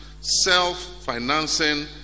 self-financing